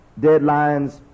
deadlines